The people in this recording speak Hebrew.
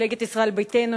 ממפלגת ישראל ביתנו,